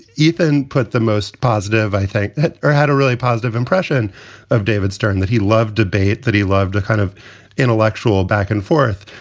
ethan put the most positive. i think that had a really positive impression of david stern, that he loved debate, that he loved the kind of intellectual back and forth.